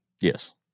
Yes